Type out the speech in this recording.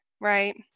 right